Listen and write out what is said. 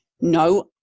No